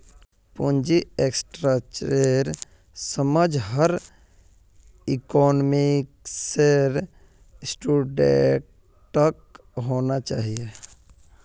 पूंजी स्ट्रक्चरेर समझ हर इकोनॉमिक्सेर स्टूडेंटक होना चाहिए